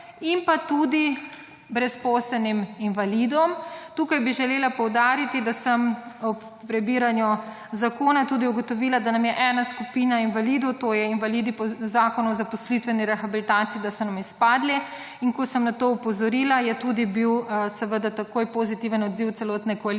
in pa tudi brezposelnim invalidom. Tukaj bi želela poudariti, da sem ob prebiranju zakona tudi ugotovila, da nam je ena skupina invalidov, to je invalidi po zakonu o zaposlitvenih rehabilitaciji, da so nam izpadli. In ko sem na to opozorila je tudi bil, seveda, takoj pozitiven odziv celotne koalicije